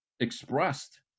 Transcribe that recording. Expressed